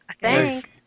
Thanks